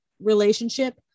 relationship